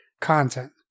content